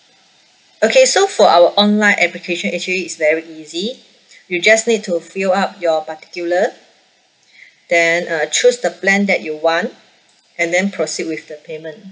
okay so for our online application actually it's very easy you just need to fill up your particulars then uh choose the plan that you want and then proceed with the payment